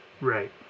Right